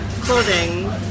clothing